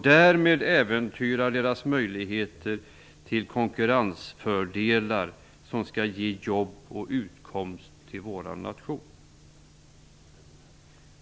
Därmed äventyras deras möjligheter till konkurrensfördelar, som skall ge jobb och utkomst till vår nation.